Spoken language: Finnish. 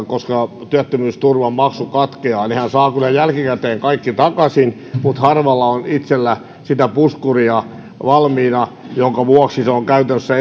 koska työttömyysturvan maksu katkeaa hän saa kyllä jälkikäteen kaikki takaisin mutta harvalla on itsellä puskuria valmiina minkä vuoksi se on käytännössä